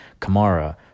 Kamara